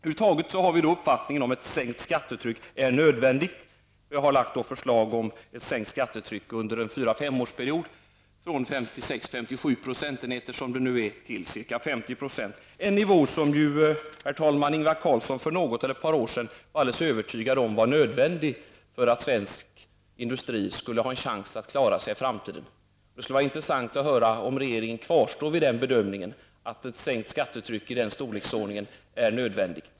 Vi har över huvud taget den uppfattningen att en sänkning av skattetrycket är nödvändig, och vi har lagt fram ett förslag om en sänkning av skattetrycket under en period av fyra--fem år -- från dagens 56 eller 57 % till ca 50 %, en nivå som ju, herr talman, Ingvar Carlsson för något år sedan var alldeles övertygad om var nödvändig att gå ner till för att svensk industri skulle ha en chans att klara sig i framtiden. Det skulle vara intressant att höra om regeringen fortfarande bedömer att en sänkning av skattetrycket till den nivån är nödvändig.